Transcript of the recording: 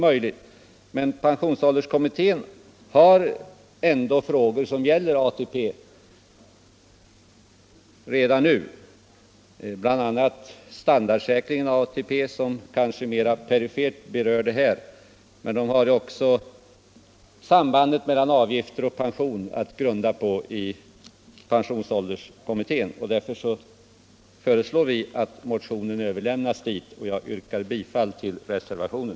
Men pensionsålderskommittén har ändå redan nu att behandla frågor som gäller ATP. bl.a. standardsäkringen av ATP, som kanske mera perifert berör det här problemet. Kommittén har också sambandet mellan avgifter och pension att fundera över. Därför föreslår vi att motionen överlämnas till kommittén. Jag yrkar bifall till reservationen.